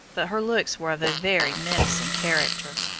but her looks were of a very menacing character.